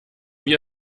wie